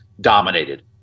dominated